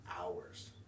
hours